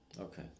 Okay